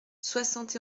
soixante